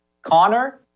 Connor